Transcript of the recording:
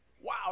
Wow